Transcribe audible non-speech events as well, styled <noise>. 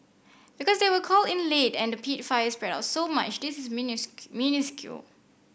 because they were called in late and the peat fire spread out so much this is <unintelligible> minuscule